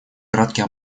краткий